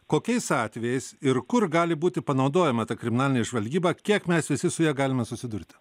kokiais atvejais ir kur gali būti panaudojama ta kriminalinė žvalgyba kiek mes visi su ja galime susidurti